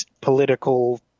political